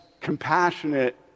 compassionate